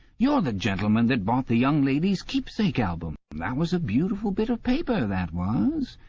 you're the gentleman that bought the young lady's keepsake album. that was a beautiful bit of paper, that was.